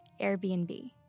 Airbnb